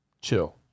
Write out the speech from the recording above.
chill